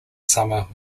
summer